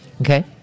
okay